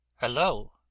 Hello